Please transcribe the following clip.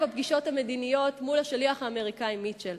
הפגישות המדיניות מול השליח האמריקני מיטשל.